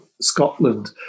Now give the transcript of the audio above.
Scotland